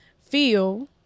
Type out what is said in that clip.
feel